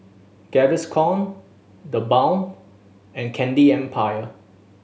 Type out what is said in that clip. Gaviscon The Balm and Candy Empire